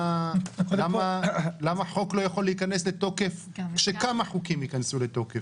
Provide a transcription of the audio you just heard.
למה חוק לא יכול להיכנס לתוקף כשכמה חוקים ייכנסו לתוקף.